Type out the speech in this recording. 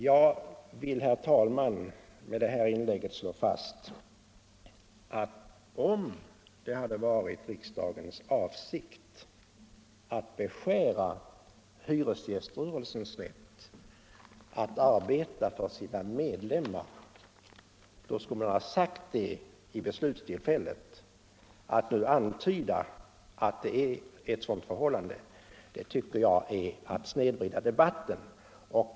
Jag vill, herr talman, med det här inlägget slå fast, att om det hade varit riksdagens avsikt att beskära hyresgäströrelsens rätt att arbeta för sina medlemmar, då skulle man ha sagt det vid beslutstillfället. Att nu antyda att så skulle ha varit avsikten tycker jag är att snedvrida debatten.